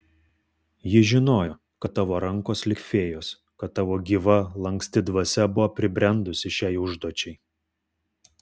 ji žinojo kad tavo rankos lyg fėjos kad tavo gyva lanksti dvasia buvo pribrendusi šiai užduočiai